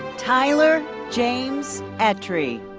tyler james etri.